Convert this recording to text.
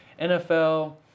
NFL